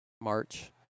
March